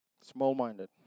Small-minded